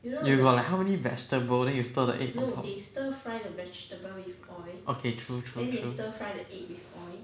you got like how many vegetable then you stir the egg on top okay true true true